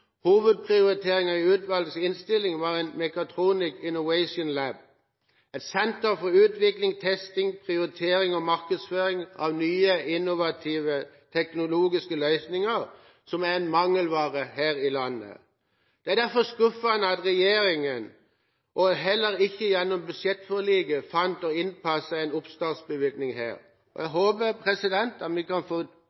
Hovedprioriteringen i utvalgets innstilling var Mechatronics Innovation Lab, et senter for utvikling, testing, prioritering og markedsføring av nye innovative teknologiske løsninger, som er en mangelvare her i landet. Det er derfor skuffende at regjeringen, heller ikke gjennom budsjettforliket, fant å innpasse en oppstartsbevilgning her. Jeg håper at vi kan få på plass dette og